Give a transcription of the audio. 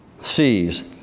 sees